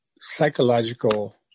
psychological